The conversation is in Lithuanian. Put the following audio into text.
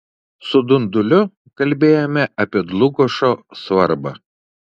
su dunduliu kalbėjome apie dlugošo svarbą